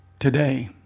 today